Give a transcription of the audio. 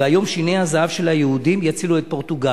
והיום שיני הזהב של היהודים יצילו את פורטוגל.